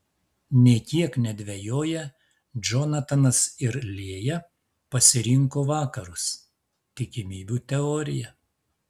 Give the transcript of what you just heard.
nė kiek nedvejoję džonatanas ir lėja pasirinko vakarus tikimybių teoriją